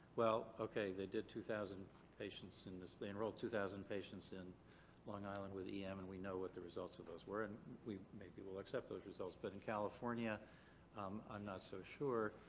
well, okay, they did two thousand patients in this. they enrolled two thousand patients in long island with yeah em and we know what the results of those were and maybe we'll accept those results but in california i'm not so sure.